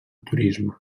turisme